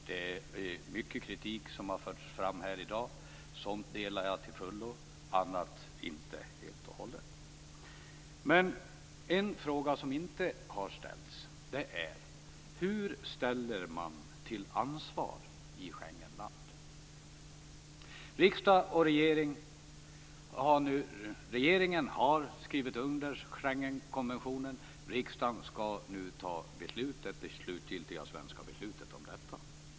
Det är mycket kritik som har förts fram här i dag. En del delar jag till fullo, annat inte helt och hållet. Men en fråga som inte har ställts är: Hur ställer man till ansvar i Schengenland? Regeringen har skrivit under Schengenkonventionen, och riksdagen skall nu ta det slutgiltiga svenska beslutet i detta sammanhang.